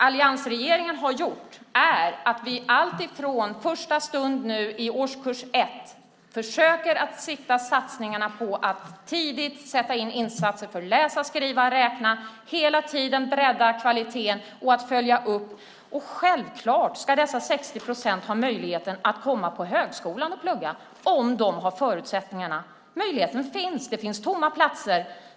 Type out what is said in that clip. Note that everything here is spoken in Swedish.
Alliansregeringen försöker redan från årskurs 1 lägga satsningarna på att tidigt sätta in insatser på läsa, skriva, räkna, att hela tiden bredda kvaliteten och att följa upp. Självklart ska de 60 procenten ha möjlighet att läsa på högskolan - om de har förutsättningarna. Möjligheten finns. Det finns tomma platser.